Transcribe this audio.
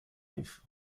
life